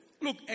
Look